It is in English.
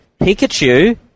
Pikachu